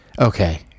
Okay